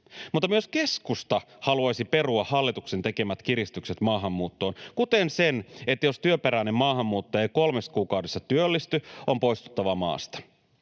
Mutta myös keskusta haluaisi perua hallituksen tekemät kiristykset maahanmuuttoon, kuten sen, että jos työperäinen maahanmuuttaja ei kolmessa kuukaudessa työllisty, on poistuttava maasta.